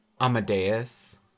Amadeus